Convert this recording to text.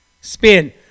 spin